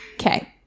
Okay